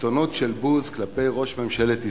קיתונות של בוז כלפי ראש ממשלת ישראל.